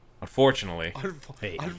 unfortunately